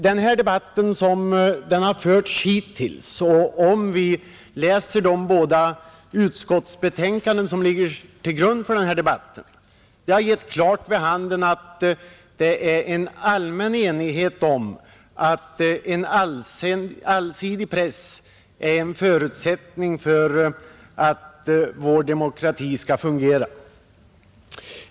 Den debatt som har förts hittills och de båda utskottsbetänkanden som ligger till grund för denna debatt har givit klart vid handen att det råder allmän enighet om att en allsidig press är en förutsättning för att vår demokrati skall fungera.